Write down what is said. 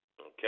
Okay